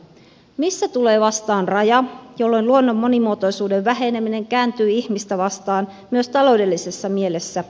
missä tulee vastaan raja jolloin luonnon monimuotoisuuden väheneminen kääntyy ihmistä vastaan myös taloudellisessa mielessä